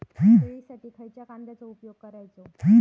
शेळीसाठी खयच्या खाद्यांचो उपयोग करायचो?